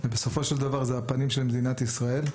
בסופו של דבר זה הפנים של מדינת ישראל.